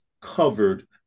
covered